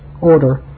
order